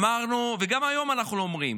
אמרנו, וגם היום אנחנו אומרים,